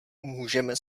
můžeme